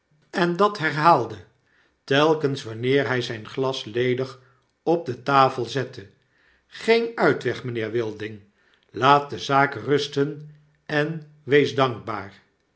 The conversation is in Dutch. en dat hernaalde telkens wanneer hy zyn glas ledig op detafel zette geen uitweg mynheer wilding laat de zaak rusten en wees dankbaar